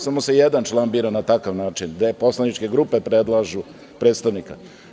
Samo se jedan član bira na takav način, gde poslaničke grupe predlažu predstavnika.